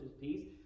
peace